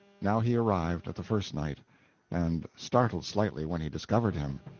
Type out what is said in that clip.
now he arrived at the first knight and started slightly when he discovered him.